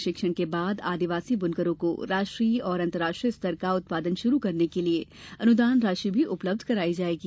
प्रशिक्षण के बाद आदिवासी बुनकरों को राष्ट्रीय और अंतर्राष्ट्रीय स्तर का उत्पादन शुरू करने के लिए अनुदान राशि भी उपलब्ध कराई जायेगी